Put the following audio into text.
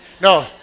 No